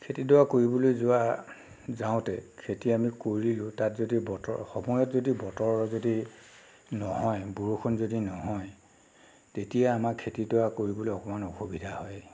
খেতিডৰা কৰিবলৈ যোৱা যাওঁতে খেতি আমি কৰিলোঁ তাত যদি বতৰ সময়ত যদি বতৰ যদি নহয় বৰষুণ যদি নহয় তেতিয়া আমাৰ খেতিডৰা কৰিবলৈ অকণমান অসুবিধা হয়